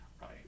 right